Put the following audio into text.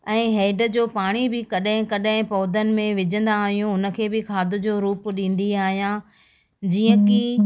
ऐं हेड जो पाणी बि कॾहिं कॾहिं पौधनि में विझंदा आहियूं उनखे बि खाद जो रूप ॾींदी आहियां जीअं की